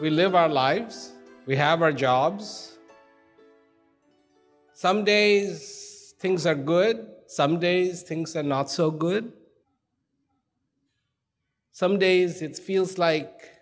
we live our lives we have our jobs some days things are good some days things are not so good some days it's feels like